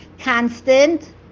constant